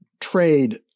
trade